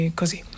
così